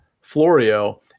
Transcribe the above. Florio